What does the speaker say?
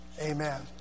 Amen